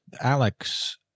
Alex